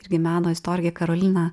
irgi meno istorikė karolina